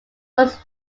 was